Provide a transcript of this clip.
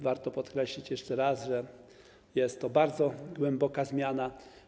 Warto podkreślić jeszcze raz, że jest to bardzo głęboka zmiana.